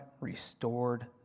restored